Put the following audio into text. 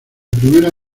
primera